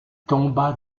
tomba